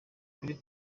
kuri